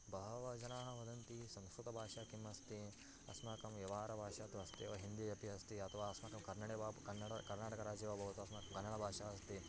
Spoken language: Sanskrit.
बहवः जनाः वदन्ति संस्कृतभाषा किम् अस्ति अस्माकं व्यवहाराभाषा तु अस्ति एवं हिन्दी अपि अस्ति अथवा अस्माकं कन्नडे वा कन्नडं कर्नाटकराज्ये वा भवतु अस्माकं कन्नडभाषा अस्ति